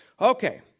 Okay